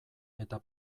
eta